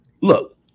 Look